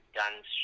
guns